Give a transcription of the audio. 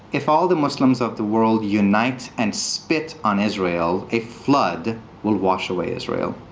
if all the muslims of the world unite and spit on israel, a flood will wash away israel.